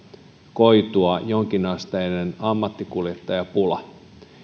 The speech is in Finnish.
koitua jonkinasteinen ammattikuljettajapula